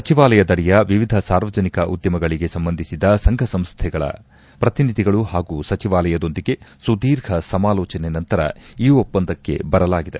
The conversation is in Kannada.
ಸಚಿವಾಲಯದಡಿಯ ವಿವಿಧ ಸಾರ್ವಜನಿಕ ಉದ್ದಿಮೆಗಳಿಗೆ ಸಂಬಂಧಿಸಿದ ಸಂಘ ಸಮಸ್ವೆಗಳ ಪ್ರತಿನಿಧಿಗಳು ಹಾಗೂ ಸಚಿವಾಲಯದೊಂದಿಗೆ ಸುದೀರ್ಘ ಸಮಾಲೋಚನೆ ನಂತರ ಈ ಒಪ್ಪಂದಕ್ಕೆ ಬರಲಾಗಿದೆ